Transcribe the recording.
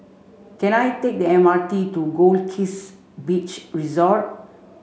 can I take the M R T to Goldkist Beach Resort